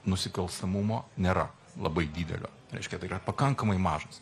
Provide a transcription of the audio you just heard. nusikalstamumo nėra labai didelio reiškia tai yra pakankamai mažas